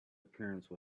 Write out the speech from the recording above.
appearance